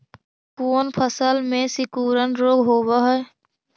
कोन फ़सल में सिकुड़न रोग होब है?